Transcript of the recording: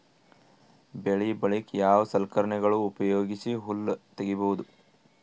ಬೆಳಿ ಬಳಿಕ ಯಾವ ಸಲಕರಣೆಗಳ ಉಪಯೋಗಿಸಿ ಹುಲ್ಲ ತಗಿಬಹುದು?